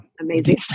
amazing